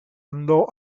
andò